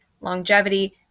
longevity